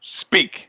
speak